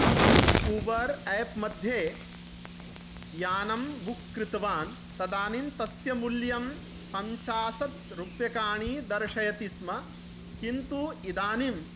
अहम् Uber app मध्ये यानं बुक् कृतवान् तदानीं तस्य मूल्यं पञ्चाशत् रूप्यकाणि दर्शयति स्म किन्तु इदानीं